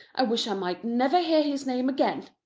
i wish i might never hear his name again!